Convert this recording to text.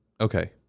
okay